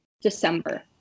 December